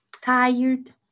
tired